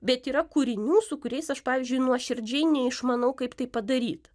bet yra kūrinių su kuriais aš pavyzdžiui nuoširdžiai neišmanau kaip tai padaryt